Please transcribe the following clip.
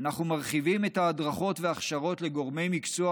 אנחנו מרחיבים את ההדרכות וההכשרות לגורמי מקצוע